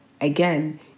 again